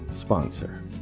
sponsor